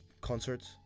concerts